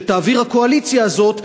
שתעביר הקואליציה הזו,